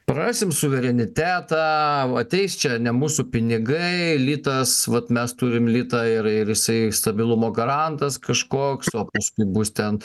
prarasim suverenitetą ateis čia ne mūsų pinigai litas vat mes turim litą ir ir jisai stabilumo garantas kažkoks o paskui bus ten